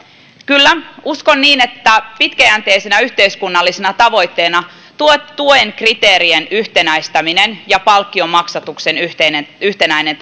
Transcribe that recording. kyllä uskon niin että pitkäjänteisenä yhteiskunnallisena tavoitteena tuen tuen kriteerien yhtenäistäminen ja palkkion maksatuksen yhtenäinen